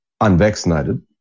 unvaccinated